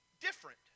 different